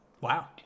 Wow